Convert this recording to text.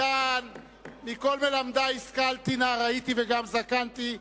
מכל מלמדי השכלתי, נער הייתי וגם זקנתי.